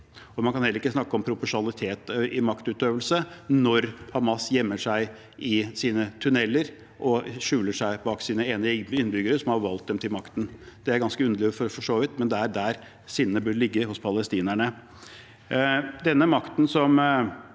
Man kan heller ikke snakke om proporsjonalitet i maktutøvelse når Hamas gjemmer seg i sine tunneler og skjuler seg bak sine egne innbyggere, som har valgt dem til makten. Det er ganske underlig, for så vidt, men det er der sinnet bør ligge hos palestinerne.